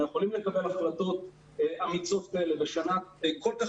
יכולים לקבל החלטות אמיצות כאלה בשלב כל כך